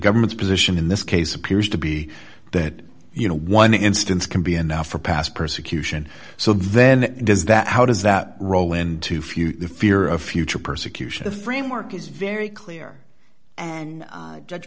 government's position in this case appears to be that you know one instance can be enough for past persecution so then does that how does the role end to fear the fear of future persecution a framework is very clear and judge